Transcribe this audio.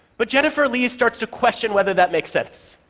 but jennifer lee starts to question whether that makes sense.